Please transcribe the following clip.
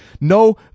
No